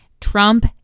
Trump